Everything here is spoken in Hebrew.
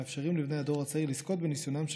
מאפשרים לבני הדור הצעיר לזכות בניסיונם של